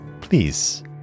Please